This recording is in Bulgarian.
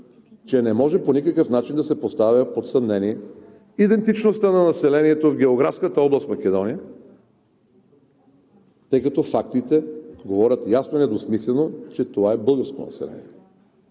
че не може по никакъв начин да се поставя под съмнение идентичността на населението в географската област Македония, тъй като фактите са недвусмислени, че това е българско население,